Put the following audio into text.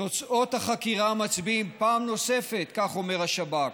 "תוצאות החקירה מצביעים פעם נוספת" כך אומר השב"כ,